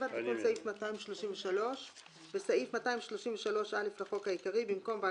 תיקון סעיף 233 7. בסעיף 233(א) לחוק העיקרי,